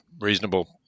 reasonable